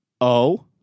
O-